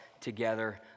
together